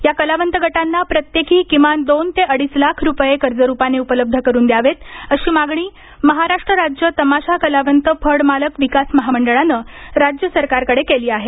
या कलावंत गटांना प्रत्येकी किमान दोन ते अडीच लाख रुपये कर्जरूपाने उपलब्ध करून द्यावेत अशी मागणी महाराष्ट्र राज्य तमाशा कलावंत फड मालक विकास महामंडळानं राज्य सरकारकडे केली आहे